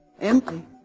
Empty